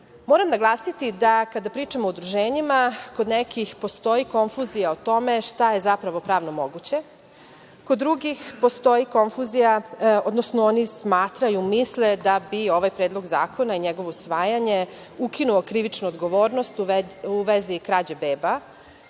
da naglasim da kada pričamo o udruženjima, kod nekih postoji konfuzija o tome šta je zapravo pravno moguće. Kod drugih postoji konfuzija, odnosno oni smatraju, misle da bi ovaj Predlog zakona i njegovo usvajanje ukinuo krivičnu odgovonrost u vezi krađe beba.